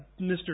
Mr